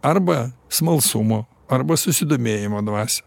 arba smalsumo arba susidomėjimo dvasią